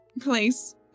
place